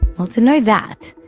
well to know that,